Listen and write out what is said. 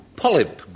polyp